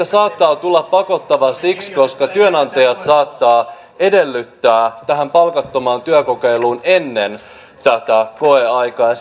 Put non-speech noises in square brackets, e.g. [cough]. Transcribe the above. [unintelligible] saattaa tulla pakottava siksi koska työnantajat saattavat edellyttää tätä palkatonta työkokeilua ennen koeaikaa ja [unintelligible]